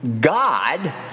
God